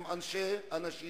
הם אנשים